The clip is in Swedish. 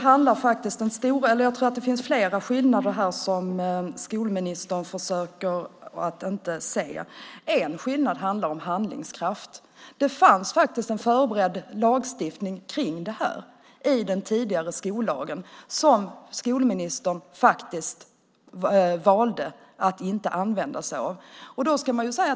Herr talman! Jag tror att det finns flera skillnader som utbildningsministern försöker att inte se. En skillnad handlar om handlingskraft. Det fanns faktiskt en föreberedd lagstiftning om detta i den tidigare skollagen. Den valde utbildningsministern att inte använda sig av.